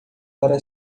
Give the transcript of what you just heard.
para